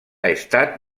estat